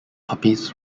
puppies